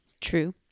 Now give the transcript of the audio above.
True